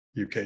UK